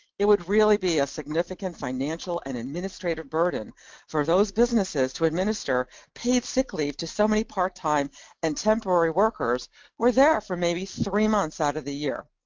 it would really be a significant financial and administrative burden for those businesses to administer paid sick leave to so many part time and temporary workers who are there for maybe three months out of the year.